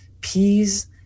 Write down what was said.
peas